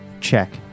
Check